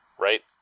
right